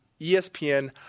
ESPN